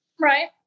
Right